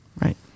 Right